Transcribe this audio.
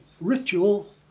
ritual